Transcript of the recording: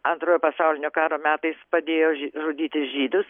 antrojo pasaulinio karo metais padėjo žy žudyti žydus